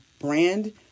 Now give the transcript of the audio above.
brand